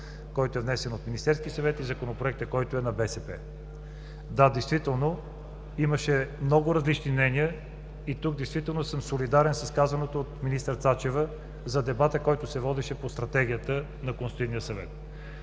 който е внесен от Министерския съвет и Законопроекта на БСП. Да, действително имаше много различни мнения и действително съм солидарен с казаното от министър Цачева, за дебата, който се водеше по Стратегията, на Консултативния съвет.